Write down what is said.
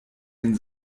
den